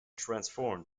transformed